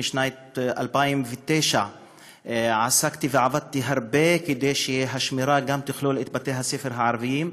משנת 2009 עסקתי ועבדתי הרבה כדי שהשמירה גם תכלול את בתי-הספר הערביים,